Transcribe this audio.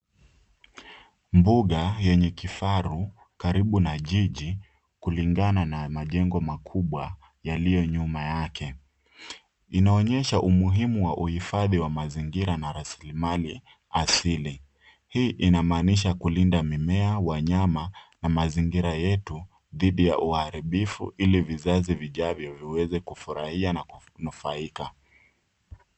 Mbuga yenye kifaru karibu na jiji kulingana na majengo makubwa yaliyo nyuma yake. Inaonyesha umuhimu wa uhifadhi wa mazingira na rasilimali asili. Hii inamaanisha kulinda mimea, wanyama na mazingira yetu dhidi ya uharibifu ili vizazi vijavyo viweze kufurahia na kunufaika.